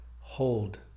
Hold